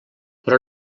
però